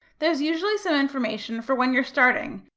there's usually some information for when you're starting,